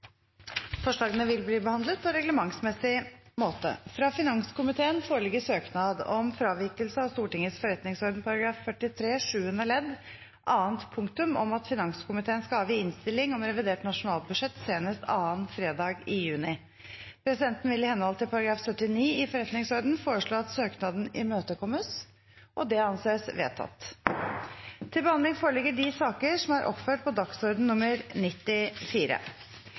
Forslagene vil bli behandlet på reglementsmessig måte. Fra finanskomiteen foreligger søknad om fravikelse av Stortingets forretningsorden § 43 sjuende ledd annet punktum om at finanskomiteen skal avgi innstilling om revidert nasjonalbudsjett senest annen fredag i juni. Presidenten vil i henhold til § 79 i forretningsordenen foreslå at søknaden imøtekommes. – Det anses vedtatt. Presidenten vil ordne debatten slik: 3 minutter til hver partigruppe. Videre vil det ikke bli gitt anledning til replikker, og de som